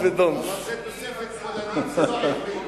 זו תוספת שמאלנית.